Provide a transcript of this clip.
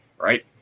right